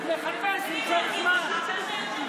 הוא מחפש למשוך זמן.